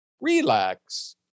relax